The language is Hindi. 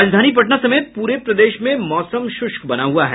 राजधानी पटना समेत पूरे प्रदेश में मौसम शृष्क बना हुआ है